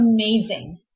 Amazing